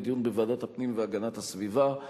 לדיון בוועדת הפנים והגנת הסביבה.